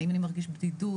האם אני מרגיש בדידות?